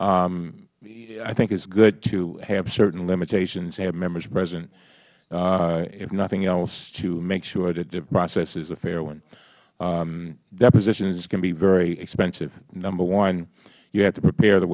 i think it is good to have certain limitations have members present if nothing else to make sure that the process is a fair one depositions can be very expensive number one you have to prepare the